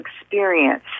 experience